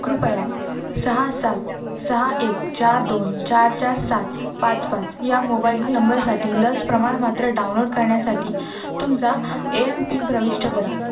कृपया सहा सात सहा एक चार दोन चार चार सात पाच पाच या मोबाईल नंबरसाठी लस प्रमाणमात्र डाउनोड करण्यासाठी तुमचा ए एम पिन प्रविष्ट करा